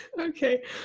Okay